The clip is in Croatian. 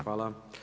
Hvala.